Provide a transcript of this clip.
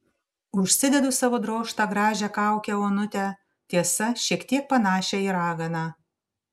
užsidedu savo drožtą gražią kaukę onutę tiesa šiek tiek panašią į raganą